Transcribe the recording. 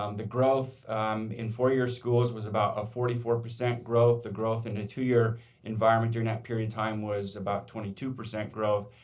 um the growth in four-year schools was about a forty four percent growth. the growth in a two year environment during that period of time was about twenty two percent growth.